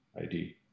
ID